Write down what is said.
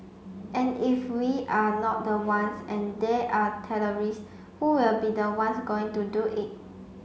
and if we're not the ones and there are terrorist who will be the ones going to do it